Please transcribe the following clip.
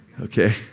Okay